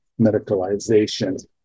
medicalization